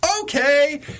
Okay